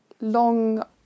long